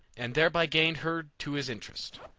and thereby gained her to his interest.